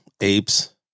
apes